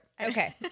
Okay